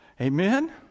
Amen